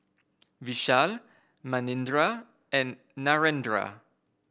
Vishal Manindra and Narendra